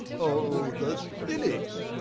oh, the cynic!